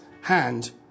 hand